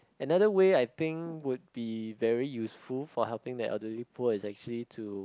another way I think would be very useful for helping the elderly poor is actually to